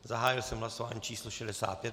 Zahájil jsem hlasování číslo 65.